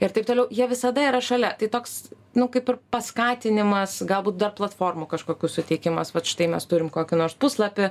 ir taip toliau jie visada yra šalia tai toks nu kaip ir paskatinimas galbūt dar platformų kažkokių suteikimas vat štai mes turim kokį nors puslapį